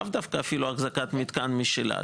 לאו דווקא אפילו החזקת מתקן משלה,